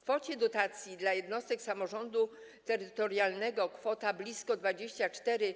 W kwocie dotacji dla jednostek samorządu terytorialnego kwotę blisko 24